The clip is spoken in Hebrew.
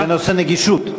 בנושא נגישות,